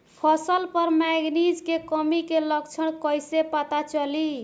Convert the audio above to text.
फसल पर मैगनीज के कमी के लक्षण कईसे पता चली?